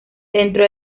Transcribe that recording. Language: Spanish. dentro